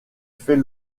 fait